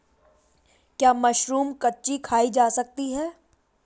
क्या मशरूम कच्ची खाई जा सकती है?